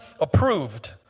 approved